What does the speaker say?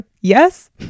yes